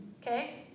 Okay